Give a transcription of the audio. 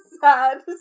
sad